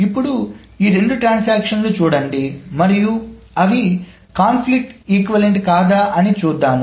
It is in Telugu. ఇప్పుడు ఈ రెండు ట్రాన్సాక్షన్లు చూడండి మరియు అవి సంఘర్షణ సమానమా కాదా అని చూద్దాం